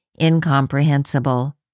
incomprehensible